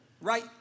right